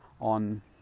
on